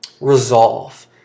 resolve